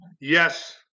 Yes